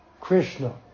Krishna